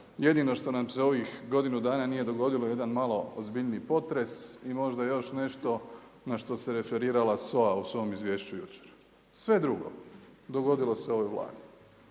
jedino što nam se ovih godinu dana nije dogodilo, jedan malo ozbiljniji potres i možda još nešto na što se referirala SOA u svom izvješću jučer. Sve drugo dogodilo se ovoj Vladi.